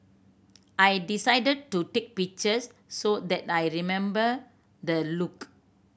I decided to take pictures so that I remember the look